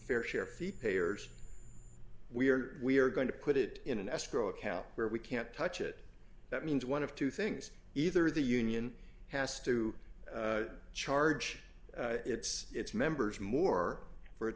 fair share fee payers we are we are going to put it in an escrow account where we can't touch it that means one of two things either the union has to charge its its members more for it